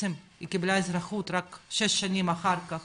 בעצם היא קיבלה אזרחות רק שש שנים אחר כך